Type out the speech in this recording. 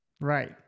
Right